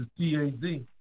TAZ